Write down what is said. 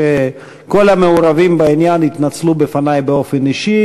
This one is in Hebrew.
שכל המעורבים בעניין התנצלו בפני באופן אישי